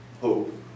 hope